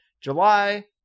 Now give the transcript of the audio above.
July